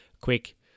quick